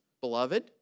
beloved